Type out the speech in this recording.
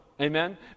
Amen